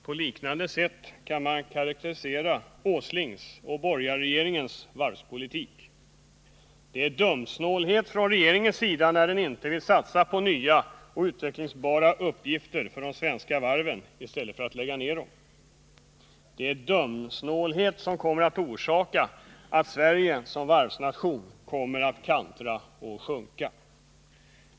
På liknande sätt kan man karakterisera Åslings och borgarregeringens varvspolitik. Det är dumsnålhet från regeringens sida när den inte vill satsa på nya och utvecklingsbara uppgifter för de svenska varven i stället för att lägga ned dem. Det är dumsnålhet som kommer att orsaka att Sverige som varvsnation kommer att kantra och sjunka.